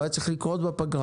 הוא היה צריך לקרות בפגרה.